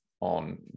on